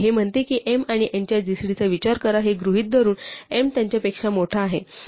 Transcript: हे म्हणते की m आणि n च्या gcd चा विचार करा हे गृहीत धरून m त्यांच्यापेक्षा मोठा आहे